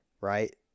right